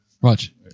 Watch